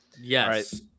Yes